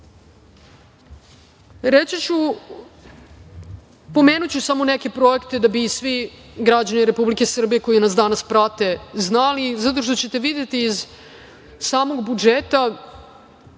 pandemije. Pomenuću samo neke projekte, da bi svi građani Republike Srbije koji nas danas prate znali, zato što ćete videti iz samog budžeta,